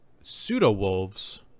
pseudo-wolves